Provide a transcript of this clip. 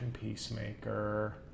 Peacemaker